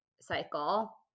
cycle